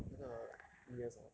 那个 mid years hor